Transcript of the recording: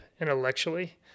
intellectually